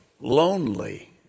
Lonely